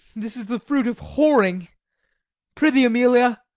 this is the fruit of whoring pr'ythee, emilia,